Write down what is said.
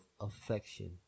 affection